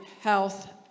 health